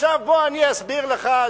עכשיו אני אסביר לך,